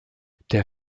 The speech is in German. der